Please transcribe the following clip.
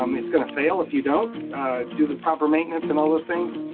um it's gonna fail if you don't do the proper maintenance in all those things,